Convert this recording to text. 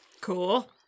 Cool